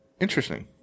Interesting